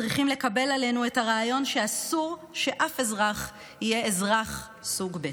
צריכים לקבל עלינו את הרעיון שאסור שאף אזרח יהיה אזרח סוג ב'.